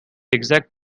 exact